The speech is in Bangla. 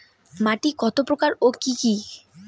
মাটি কতপ্রকার ও কি কী?